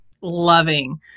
loving